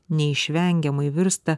neišvengiamai virsta